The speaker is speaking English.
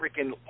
freaking